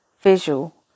visual